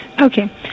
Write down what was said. Okay